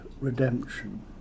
redemption